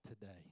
today